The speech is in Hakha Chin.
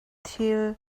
thil